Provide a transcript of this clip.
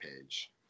page